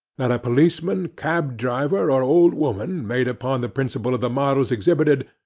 that a policeman, cab-driver, or old woman, made upon the principle of the models exhibited,